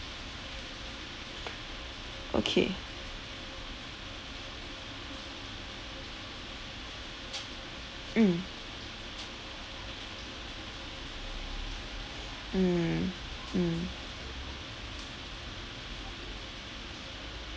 okay mm mm mm